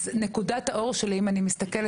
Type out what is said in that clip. אז נקודת האור שלי אם אני מסתכלת,